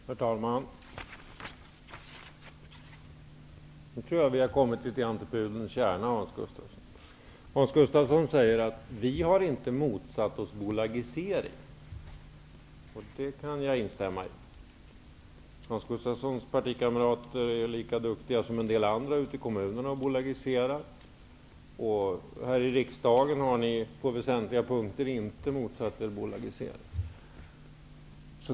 Herr talman! Nu tror jag att vi något närmar oss pudelns kärna, Hans Gustafsson! Hans Gustafsson säger: Vi har inte motsatt oss bolagisering. Det kan jag instämma i. Hans Gustafssons partikamrater är ju lika duktiga som en del andra ute i kommunerna på att bolagisera. Här i riksdagen har ni på väsentliga punkter inte motsatt er bolagisering.